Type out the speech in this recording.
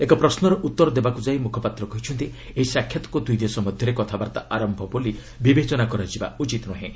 ଏକ ପ୍ରଶ୍ୱର ଉତ୍ତର ଦେବାକୁ ଯାଇ ମୁଖପାତ୍ର କହିଛନ୍ତି ଏହି ସାକ୍ଷାତକୁ ଦୁଇ ଦେଶ ମଧ୍ୟରେ କଥାବାର୍ତ୍ତା ଆରମ୍ଭ ବୋଲି ବିବେଚନା କରାଯିବା ଉଚିତ ନୁହେଁ